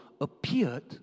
appeared